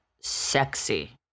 sexy